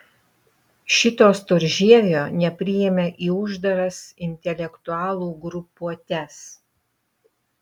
šito storžievio nepriėmė į uždaras intelektualų grupuotes